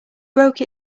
broke